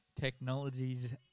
technologies